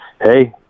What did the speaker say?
hey